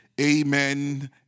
Amen